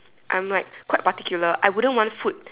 I'm like quite particular I wouldn't want food